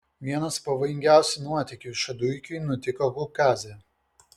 vienas pavojingiausių nuotykių šaduikiui nutiko kaukaze